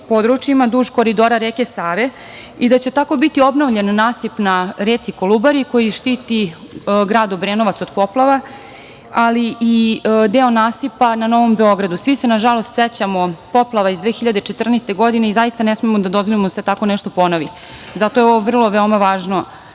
područjima duž koridora reke Save i da će tako biti obnovljen nasip na reci Kolubari, koji štiti grad Obrenovac od poplava, ali i deo nasipa na Novom Beogradu. Svi se, nažalost, sećamo poplava iz 2014. godine i zaista ne smemo da dozvolimo da se tako nešto ponovi. Zato je ovo veoma važno